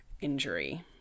injury